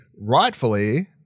Rightfully